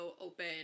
open